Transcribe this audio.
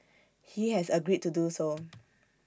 he has agreed to do so